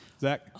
Zach